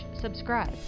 subscribe